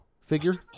figure